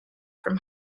from